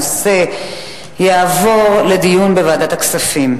כפעיל סטודנטיאלי בוועד הסטודנטים